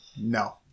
no